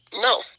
no